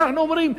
היום,